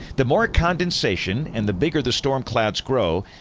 the more condensation and the bigger the storm clouds grow,